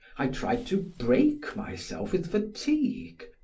i tried to break myself with fatigue,